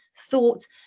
thought